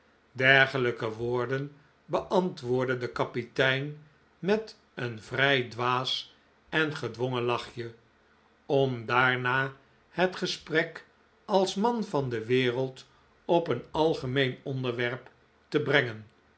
dergelijke woorden beantwoordde de kapitein met een vrij dwaas en gedwongen lachje om daarna het gesprek als man van de wereld op een algemeen onderwerp te brengen